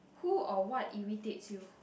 who or what irritates you